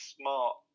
smart